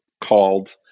called